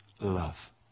love